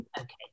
okay